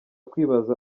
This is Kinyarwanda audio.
kwibaza